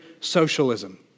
socialism